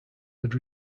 had